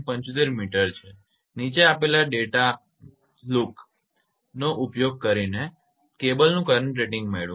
75 metre છે નીચે આપેલા ડેટા લુક માહિતી દેખાવનો ઉપયોગ કરીને કેબલનું કરંટ રેટિંગ મેળવો